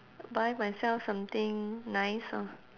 buy myself something nice orh